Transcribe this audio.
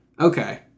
Okay